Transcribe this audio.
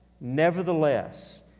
Nevertheless